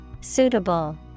Suitable